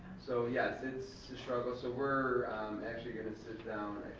so yes, it's a struggle. so we're actually gonna sit down,